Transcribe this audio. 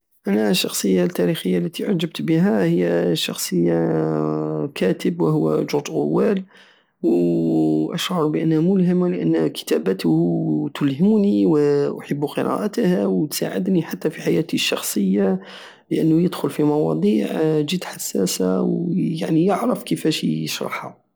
انا الشخصية التاريخية التي اعجبت بها هي شخصية كاتب وهو جورج اوروال واشعر منها ملهمة لان كتاباته تلهمني واحب قراءتها وتساعدني حتى في حياتي الشخصية لانو يدخل في موضيع جد حساسة ويعني يعرف كيفاش يشرحها